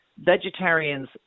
vegetarians